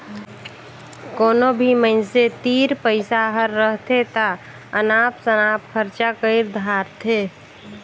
कोनो भी मइनसे तीर पइसा हर रहथे ता अनाप सनाप खरचा कइर धारथें